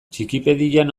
txikipedian